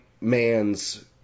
man's